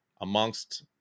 amongst